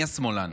מי השמאלן?